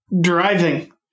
driving